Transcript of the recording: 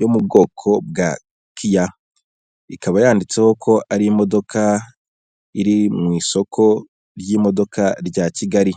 yo mu bwoko bwa kiya ikaba yanditseho ko ari imodoka iri mu isoko ry'imodoka rya Kigali.